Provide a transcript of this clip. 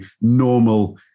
normal